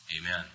Amen